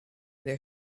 their